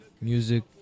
music